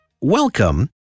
welcome